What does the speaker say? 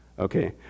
Okay